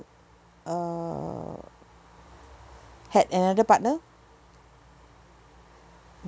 uh had another partner